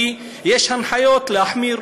כי יש הנחיות להחמיר?